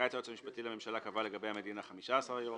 הנחיית היועץ המשפטי לממשלה קבעה לגבי המדינה 15 יום,